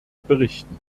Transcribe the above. berichten